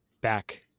back